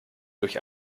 durch